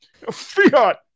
Fiat